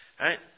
right